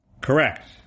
Correct